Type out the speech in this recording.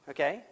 Okay